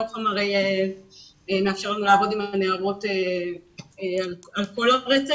נוח"ם הרי מאפשר לנו לעבוד עם הנערות על כל הרצף.